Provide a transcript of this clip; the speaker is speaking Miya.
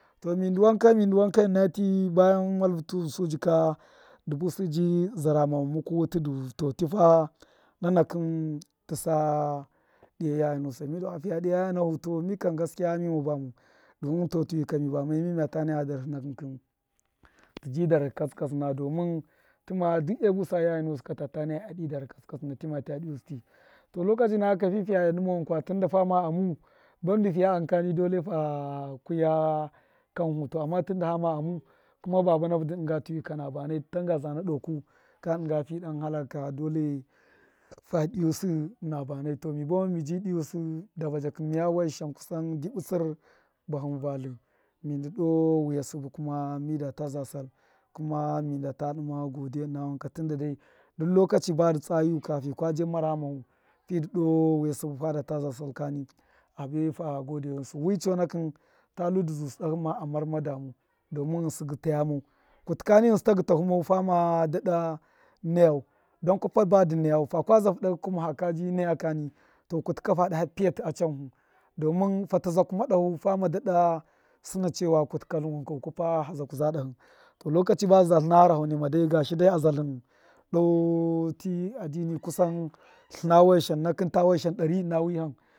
To mindṫ wanka mindṫ wanka ṫna ti vayan malvu tubi su jika dṫ busṫ bi zarama muku wutṫ du nunakṫn tṫsa dṫya yaya nusai midu ato fiya diya yaya nafu to mikam gaskiya mima bamau dumin tṫwika mi bamai mi miya naya darhṫ nakṫ, kṫn lṫji darhṫ katsṫ katsṫna domin tṫma du e busa yaya nusu tata naya a dṫ darhṫ katsṫ katsṫna tema ta dṫyusu tṫ to lokachi naka fiya dṫma wankwa tunda fima amu bandu fiya amka dole fa kuyu kanfu to amma tunda fama amu kuma baba nafu dṫ dṫnga timṫka na tumai tanga zana doo ku ka dṫnga fil dan halak ka dole fa dṫyu sṫ na banai to mi buwa ma miji dṫyusṫ dabaja kṫn mṫya washan kusan dṫbṫ tsṫr bahṫn vatlṫ mi ndṫ doo wiya sṫbṫ kuma mida ta za zal kuma minda ta dṫma godiya ṫna waka tunda dai duk lokachi ba fiyo mara ghamahu doo wiya sṫbṫ fi da ta za sal kani abe fi gode ghṫnsṫ wi chokṫn ta lu dṫ zusṫ doo ma amarma damau domin ghṫnsṫ gṫlaya mau kutṫ kani ghṫnsṫ ta gṫta fu mau dan kwapa badṫ nayau fakwa zufu dahṫ ka kuma fa kaji nayu kani to kutṫl kani to kutṫ ka fad aha pṫyati a chanhu domin fata zakuma dahu fana dada sṫna nu kutu ka tlṫn wankau kwafa fa zaku za dahṫ to lokachi badi zatlṫna gharaho nima dai gashi dau a zatlṫn doo ti addini kusan tlṫna washashan nakṫn ta washashan dari ṫna.